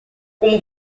como